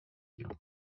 you